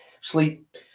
sleep